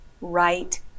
right